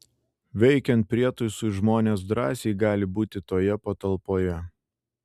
veikiant prietaisui žmonės drąsiai gali būti toje patalpoje